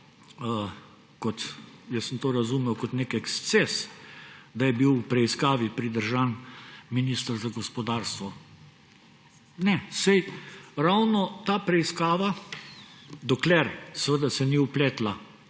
jaz sem to razumel kot nek eksces, da je bil v preiskavi pridržan minister za gospodarstvo. Ne, saj ravno ta preiskava, dokler se ni vpletla